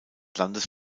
landes